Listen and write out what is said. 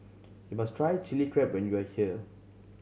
you must try Chili Crab when you are here